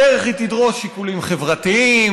בדרך היא תדרוס שיקולים חברתיים,